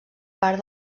part